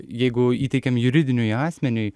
jeigu įteikiam juridiniui asmeniui